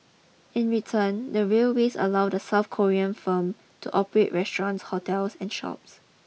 in return the railways allow the South Korean firm to operate restaurants hotels and shops